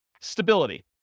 Stability